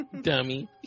Dummy